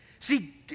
See